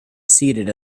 seated